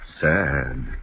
Sad